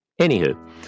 Anywho